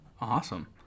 Awesome